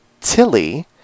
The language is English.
Tilly